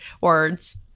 words